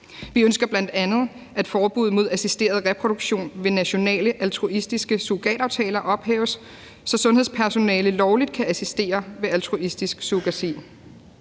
Vi ønsker bl.a., at forbuddet mod assisteret reproduktion ved nationale altruistiske surrogataftaler ophæves, så sundhedspersonale lovligt kan assistere ved altruistisk surrogati.